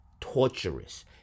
torturous